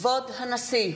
כבוד הנשיא!